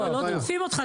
לא תוקפים אותך.